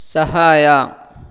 ಸಹಾಯ